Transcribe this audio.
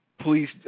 please